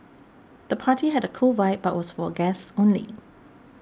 the party had a cool vibe but was for guests only